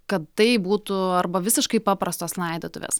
kad tai būtų arba visiškai paprastos laidotuvės